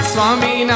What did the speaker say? Swami